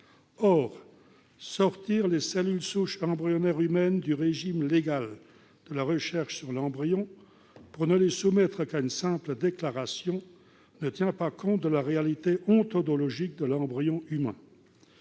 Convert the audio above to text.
sortir les cellules souches embryonnaires humaines du régime légal de la recherche sur l'embryon pour ne les soumettre qu'à une simple déclaration est une proposition qui ne tient pas compte de la réalité ontologique de l'embryon humain.